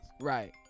Right